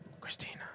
Christina